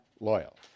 loyal